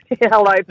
Hello